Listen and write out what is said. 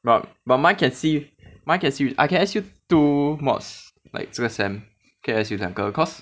but but mine can see mine can see I can S_U two mods like 这个 sem 可以 S_U 两个 cause